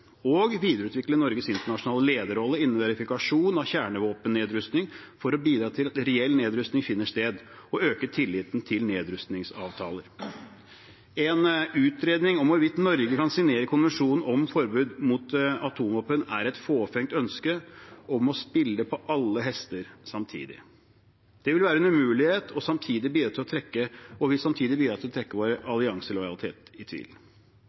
Norges internasjonale lederrolle innen verifikasjon av kjernevåpennedrustning for å bidra til at reell nedrustning finner sted, og øke tilliten til nedrustningsavtaler.» En utredning om hvorvidt Norge kan signere konvensjonen om forbud mot atomvåpen, er et fåfengt ønske om å spille på alle hester samtidig. Det vil være en umulighet og vil samtidig bidra til å trekke vår allianselojalitet i tvil. Det er ikke mulig å